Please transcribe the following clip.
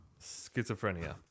Schizophrenia